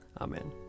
Amen